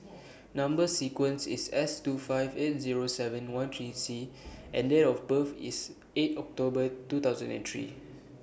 Number sequence IS S two five eight Zero seven one three C and Date of birth IS eight October two thousand and three